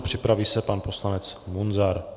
Připraví se pan poslanec Munzar.